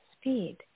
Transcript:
speed